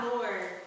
Lord